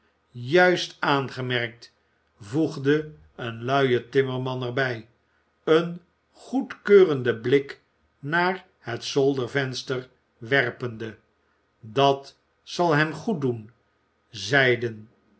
juist aangemerkt voegde een luie timmerman er bij een goedkeurenden blik naar het zoldervenster werpende dat zal hem goeddoen